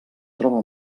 troba